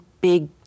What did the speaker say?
big